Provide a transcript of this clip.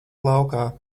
laukā